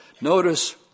notice